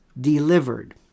delivered